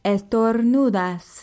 Estornudas